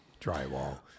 drywall